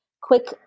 quick